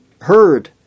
heard